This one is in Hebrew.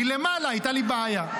מלמעלה הייתה לי בעיה.